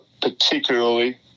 particularly